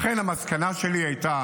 לכן, המסקנה שלי הייתה